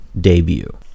debut